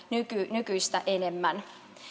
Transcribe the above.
nykyistä enemmän